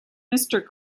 mister